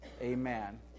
Amen